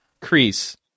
Crease